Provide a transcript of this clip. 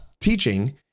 teaching